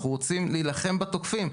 אנחנו רוצים להילחם בתוקפים.